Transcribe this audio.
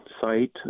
site